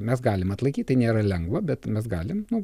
mes galim atlaikyt tai nėra lengva bet mes galim nu